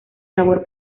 sabor